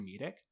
comedic